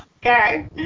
okay